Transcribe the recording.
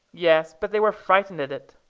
yes, but they were frightened at it.